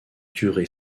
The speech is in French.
duré